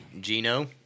Gino